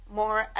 more